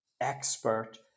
expert